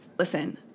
Listen